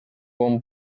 bon